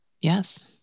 Yes